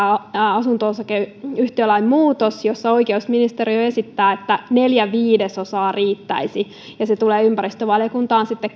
asunto osakeyhtiölain muutos jossa oikeusministeriö esittää että neljä viidesosaa riittäisi ja se tulee ympäristövaliokuntaan sitten